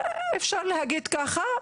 אפשר להגיד ככה,